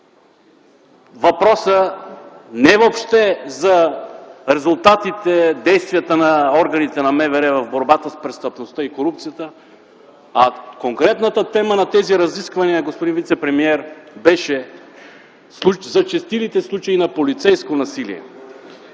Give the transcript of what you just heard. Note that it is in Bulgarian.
въпроса не въобще за резултатите, за действията от органите на МВР в борбата с престъпността и корупцията, а конкретната тема на тези разисквания, господин вицепремиер, бяха зачестилите случаи на полицейско насилие.